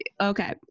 Okay